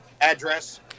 address